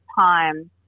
time